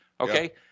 Okay